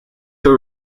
too